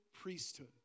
priesthood